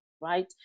right